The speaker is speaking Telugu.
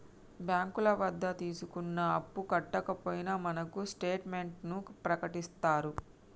బ్యాంకుల వద్ద తీసుకున్న అప్పు కట్టకపోయినా మనకు స్టేట్ మెంట్లను ప్రకటిత్తారు